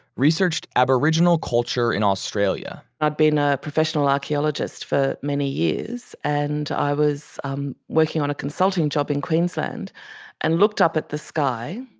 researched aboriginal culture in australia i had been a professional archeologist for many years and i was um working on a consulting job in queensland and looked up at the sky,